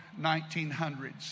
1900s